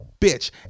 bitch